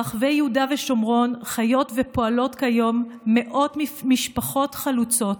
ברחבי יהודה ושומרון חיות ופועלות כיום מאות משפחות חלוצות